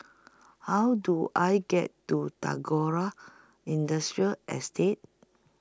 How Do I get to Tagora Industrial Estate